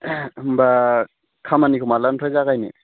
होमब्ला खामानिखौ मालानिफ्राय जागायनो